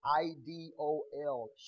I-D-O-L